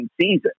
season